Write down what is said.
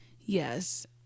Yes